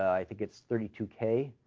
i think it's thirty two k.